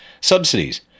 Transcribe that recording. subsidies